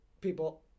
people